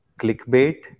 clickbait